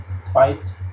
spiced